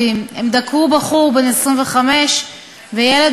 בבקשה, גברתי.